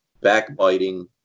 backbiting